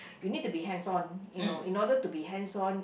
you need to be hands on you know in order to be hands on